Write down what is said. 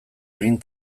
egin